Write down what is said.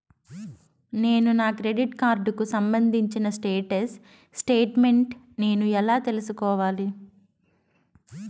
నేను నా క్రెడిట్ కార్డుకు సంబంధించిన స్టేట్ స్టేట్మెంట్ నేను ఎలా తీసుకోవాలి?